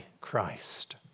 Christ